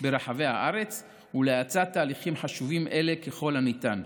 ברחבי הארץ ולהאצת תהליכים חשובים אלה ככל הניתן.